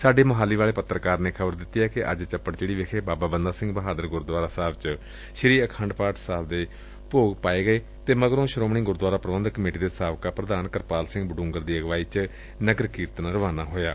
ਸਾਡੇ ਮੌਹਾਲੀ ਵਾਲੇ ਪੱਤਰਕਾਰ ਨੇ ਖ਼ਬਰ ਦਿੱਤੀ ਏ ਕਿ ਅੱਜ ਚਪੜਚਿੜੀ ਵਿਖੇ ਬਾਬਾ ਬੰਦਾ ਸਿੰਘ ਬਹਾਦਰ ਗੁਰਦੁਆਰਾ ਸਾਹਿਬ ਚ ਸ੍ਰੀ ਆਖੰਡ ਪਾਠ ਸਾਹਿਬ ਦੇ ਭੋਗ ਮਗਰੋ ਸ੍ਰੋਮਣੀ ਗੁਰਦੁਆਰਾ ਪ੍ਰਬੰਧਕ ਕਮੇਟੀ ਦੇ ਸਾਬਕਾ ਪ੍ਰਧਾਨ ਕਿਰਪਾਲ ਸਿੰਘ ਬਡੂੰਗਰ ਦੀ ਅਗਵਾਈ ਚ ਨਗਰ ਕੀਰਤਨ ਰਵਾਨਾ ਹੋਇਆ